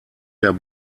der